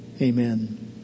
Amen